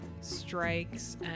strikes